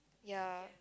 ya